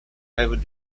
rêves